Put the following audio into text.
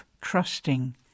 trusting